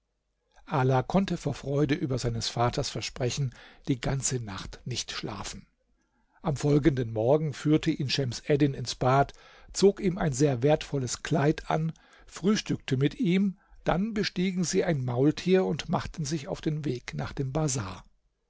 ala konnte vor freude über seines vaters versprechen die ganze nacht nicht schlafen am folgenden morgen führte ihn schems eddin ins bad zog ihm ein sehr wertvolles kleid an frühstückte mit ihm dann bestiegen sie ein maultier und machten sich auf den weg nach dem bazar